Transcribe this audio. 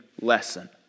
lesson